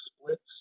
splits